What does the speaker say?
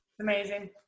amazing